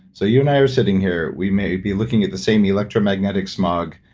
so you and i are sitting here, we may be looking at the same electromagnetic smog.